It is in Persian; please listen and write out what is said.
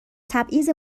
تبعیض